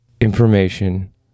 information